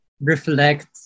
reflect